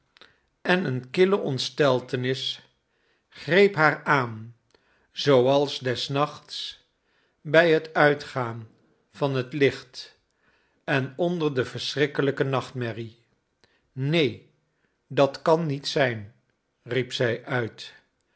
en een kille ontsteltenis greep haar aan zooals des nachts bij het uitgaan van het licht en onder de verschrikkelijke nachtmerrie neen dat kan niet zijn riep zij uit